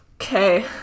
Okay